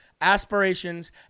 aspirations